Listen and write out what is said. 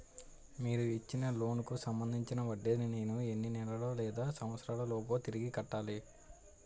మీరు ఇచ్చిన లోన్ కి సంబందించిన వడ్డీని నేను ఎన్ని నెలలు లేదా సంవత్సరాలలోపు తిరిగి కట్టాలి?